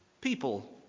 people